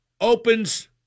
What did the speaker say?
opens